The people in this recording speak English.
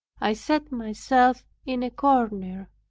i set myself in a corner,